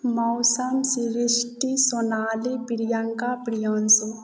मौसम सृष्टि सोनाली प्रियङ्का प्रियान्शु